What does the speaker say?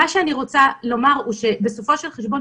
מה שאני רוצה לומר הוא שבסופו של חשבון,